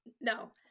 No